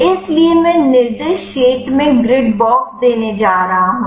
इसलिए मैं निर्दिष्ट क्षेत्र में ग्रिड बॉक्स देने जा रहा हूं